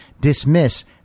dismiss